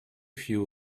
few